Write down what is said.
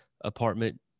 apartment